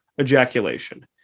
ejaculation